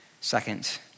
Second